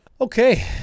Okay